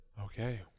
Okay